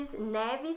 Neves